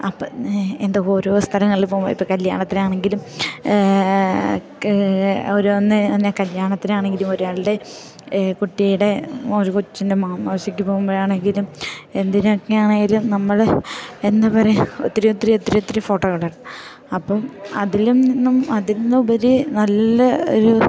അപ്പം എന്താ ഓരോ സ്ഥലങ്ങളിൽ പോകുമ്പം ഇപ്പം കല്ല്യാണത്തിനാണെങ്കിലും ഓരോന്ന് പിന്നെ കല്ല്യാണത്തിനാണെങ്കിലും ഒരാളുടെ കുട്ടിയുടെ ഒരു കൊച്ചിൻ്റെ മാമ്മോദീസക്ക് പോകുമ്പോഴാണെങ്കിലും എന്തിനൊക്കെയാണെങ്കിലും നമ്മൾ എന്താ പറയുക ഒത്തിരി ഒത്തിരി ഒത്തിരി ഒത്തിരി ഫോട്ടോകളുണ്ടായിരുന്നു അപ്പം അതിലും നിന്നും അതിൽ നിന്നുപരി നല്ല ഒരു